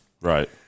Right